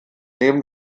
neben